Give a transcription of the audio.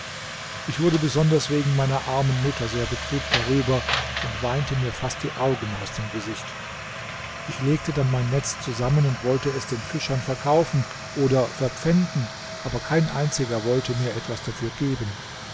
ich wurde besonders wegen meiner armen mutter sehr betrübt darüber und weinte mir fast die augen aus dem gesicht ich legte dann mein netz zusammen und wollte es den fischern verkaufen oder verpfänden aber kein einziger wollte mir etwas dafür geben